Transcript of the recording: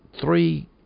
three